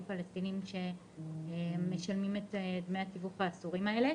פלסטינים שמשלמים את דמי התיווך האסורים האלה